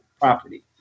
property